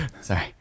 sorry